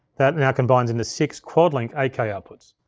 that now combines into six quad link eight k outputs.